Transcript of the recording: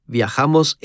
Viajamos